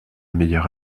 meilleure